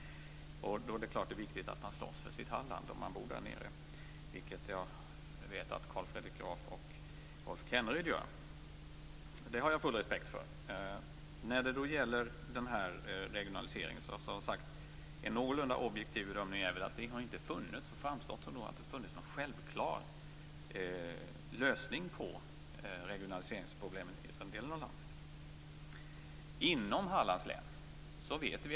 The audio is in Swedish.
Då är det förstås viktigt att slåss för sitt Halland om man bor där nere, vilket jag vet att Carl Fredrik Graf och Rolf Kenneryd gör. Det har jag full respekt för. En någorlunda objektiv bedömning är väl ändå att det inte har funnits någon självklar lösning på regionaliseringsproblemen i den delen av landet.